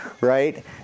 right